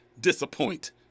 disappoint